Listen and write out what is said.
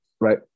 right